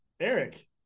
Eric